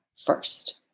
first